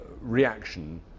reaction